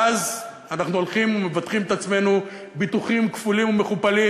ואז אנחנו הולכים ומבטחים את עצמנו ביטוחים כפולים ומכופלים.